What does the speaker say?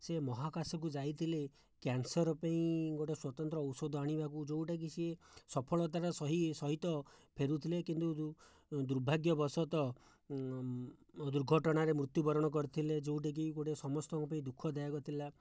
ସେ ମହାକାଶକୁ ଯାଇଥିଲେ କ୍ୟାନ୍ସର ପାଇଁ ଗୋଟିଏ ସ୍ୱତନ୍ତ୍ର ଔଷଧ ଆଣିବାକୁ ଯେଉଁଟାକି ସିଏ ସଫଳତାର ସହି ସହିତ ଫେରୁଥିଲେ କିନ୍ତୁ ଯେଉଁ ଦୁର୍ଭାଗ୍ୟବଶତଃ ଦୁର୍ଘଟଣାରେ ମୃତ୍ୟୁବରଣ କରିଥିଲେ ଯେଉଁଟାକି ଗୋଟିଏ ସମସ୍ତଙ୍କ ପାଇଁ ଦୁଃଖଦାୟକ ଥିଲା